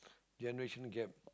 generation gap